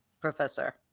professor